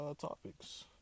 topics